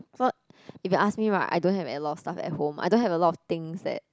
if you ask me right I don't have a lot of stuff at home I don't have a lot of things that